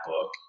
book